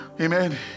Amen